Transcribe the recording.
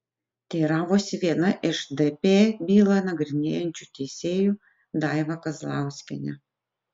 teiravosi viena iš dp bylą nagrinėjančių teisėjų daiva kazlauskienė